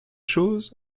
choses